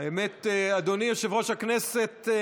האמת, אדוני יושב-ראש הכנסת,